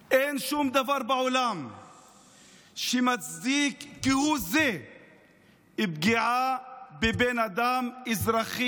אין שום דבר בעולם שמצדיק כהוא זה פגיעה בבן אדם שהוא אזרח,